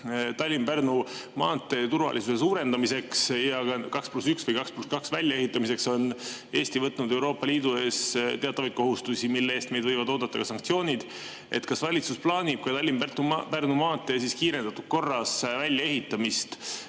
Tallinna–Pärnu maantee turvalisuse suurendamiseks ja 2 + 1 või 2 + 2 väljaehitamiseks on Eesti võtnud Euroopa Liidu ees teatavaid kohustusi, mille eest meid võivad oodata ka sanktsioonid. Kas valitsus plaanib Tallinna–Pärnu maantee kiirendatud korras väljaehitamist?